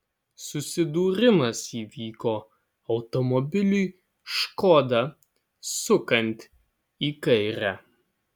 susidūrimas įvyko automobiliui škoda sukant į kairę